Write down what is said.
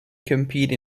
compete